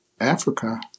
Africa